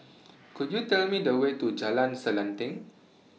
Could YOU Tell Me The Way to Jalan Selanting